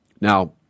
Now